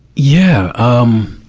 yeah, um,